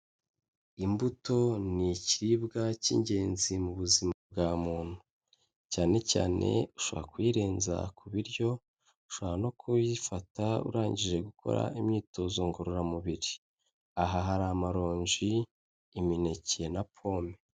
Imbuto ni ikiribwa cy'ingenzi mu buzima bwa muntu, cyane cyane ushobora kuyirenza ku biryo, ushobora no kuyifata urangije gukora imyitozo ngororamubiri, aha hari amaronji, imineke na pome.